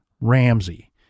Ramsey